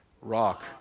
rock